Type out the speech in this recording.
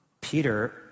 Peter